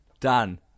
done